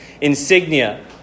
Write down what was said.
insignia